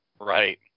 right